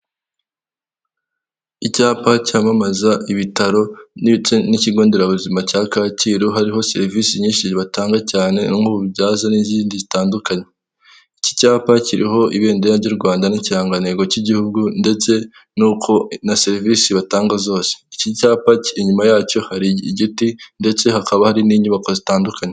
Icyapa cyamamaza ibitaro ndetse n'ikigo nderabuzima cya Kakiru, hariho serivisi nyinshi batanga cyane ububyazo n'izindi zitandukanye iki cyapa kiriho ibendera ry'u Rwanda n'ikirangantego cy'igihugu ndetse n'uko na serivisi batanga zose, iki cyapa inyuma yacyo hari igiti ndetse hakaba hari n'inyubako zitandukanye.